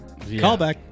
Callback